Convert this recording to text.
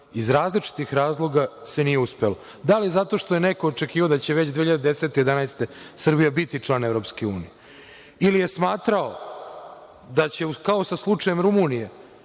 iz različitih razloga se nije uspelo. Da li zato što je neko očekivao da će već 2010/11. godine Srbija biti član EU ili je smatrao da će kao sa slučajem Rumunije